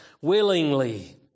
willingly